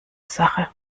sache